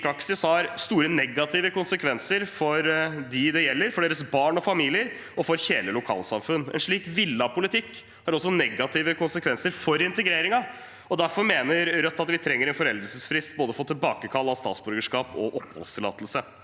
praksis har store negative konsekvenser for dem det gjelder, for deres barn og familier og for hele lokalsamfunn. En slik villet politikk har også negative konsekvenser for integreringen. Derfor mener Rødt at vi trenger en foreldelsesfrist for tilbakekall av både statsborgerskap og oppholdstillatelse.